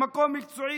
ממקום מקצועי,